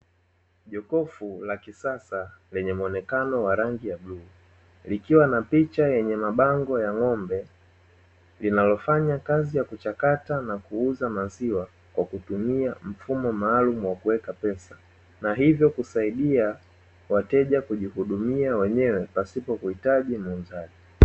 Jokofu la kisasa lenye mwonekano wa rangi ya bluu, likiwa na picha yenye mabango ya ng'ombe, linalofanya kazi ya kuchakata na kuuza maziwa kwa kutumia mfumo maalumu wa kuweka pesa, na hivyo kusaidia wateja kujihudumia wenyewe pasipo kuhitaji muuzaji.